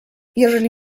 jeżeli